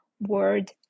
word